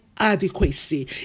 Adequacy